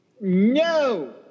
No